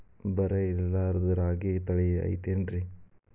ಬರ ಇರಲಾರದ್ ರಾಗಿ ತಳಿ ಐತೇನ್ರಿ?